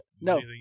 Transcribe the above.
No